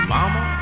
Mama